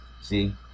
See